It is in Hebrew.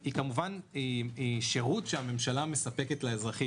היא כמובן שרות שהממשלה מספקת לאזרחים.